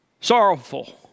sorrowful